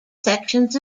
sections